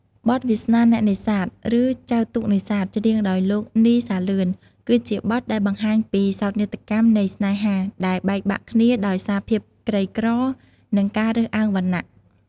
បទ វាសនាអ្នកនេសាទ ឬ ចែវទូកនេសាទ ច្រៀងដោយលោក នី សាលឿន គឺជាបទដែលបង្ហាញពីសោកនាដកម្មនៃស្នេហាដែលបែកបាក់គ្នាដោយសារភាពក្រីក្រ និងការរើសអើងវណ្ណៈ។